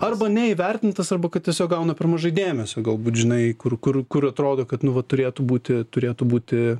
arba neįvertintas arba kad tiesiog gauna per mažai dėmesio galbūt žinai kur kur kur atrodo kad nu vat turėtų būti turėtų būti